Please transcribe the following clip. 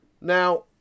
Now